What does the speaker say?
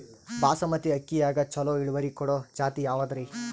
ಬಾಸಮತಿ ಅಕ್ಕಿಯಾಗ ಚಲೋ ಇಳುವರಿ ಕೊಡೊ ಜಾತಿ ಯಾವಾದ್ರಿ?